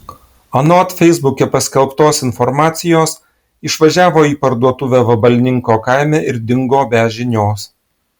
anot feisbuke paskelbtos informacijos išvažiavo į parduotuvę vabalninko kaime ir dingo be žinios